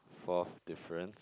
fourth difference